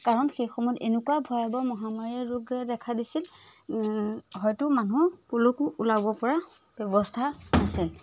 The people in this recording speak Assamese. কাৰণ সেইসময়ত এনেকুৱা ভয়াবহ মহামাৰী ৰোগে দেখা দিছিল হয়তো মানুহৰ ক'লৈকো ওলাব পৰা ব্যৱস্থা নাছিল